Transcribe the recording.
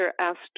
asked